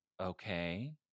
Okay